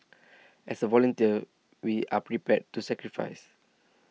as a volunteer we are prepared to sacrifice